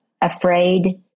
afraid